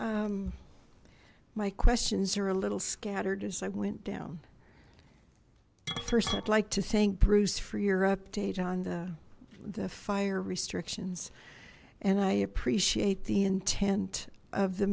mayor my questions are a little scattered as i went down first i'd like to thank bruce for your update on the the fire restrictions and i appreciate the intent of the